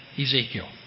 Ezekiel